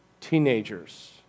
teenagers